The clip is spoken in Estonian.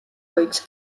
võiks